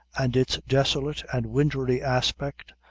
and its desolate and wintry aspect,